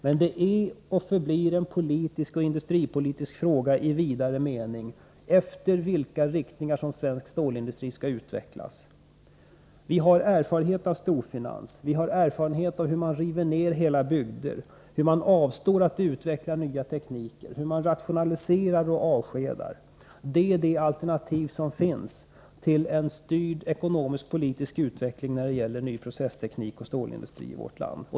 Men det förblir en industripolitisk fråga i vidare mening efter vilka riktningar svensk stålindustri skall utvecklas. Vi har erfarenhet av storfinans. Vi har erfarenhet av hur man river ned hela bygder, hur man avstår att utveckla ny teknik, hur man rationaliserar och avskedar. Det är det alternativ som finns till en styrd ekonomisk-politisk utveckling i fråga om ny processteknik och stålindustri i vårt land.